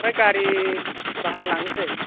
आमफ्राय गारि भारा लांनोसै